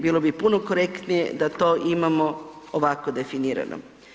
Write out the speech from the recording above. Bilo bi puno korektnije da to imamo ovako definirano.